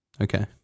Okay